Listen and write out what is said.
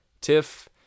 Tiff